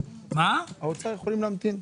האוצר יכולים להמתין.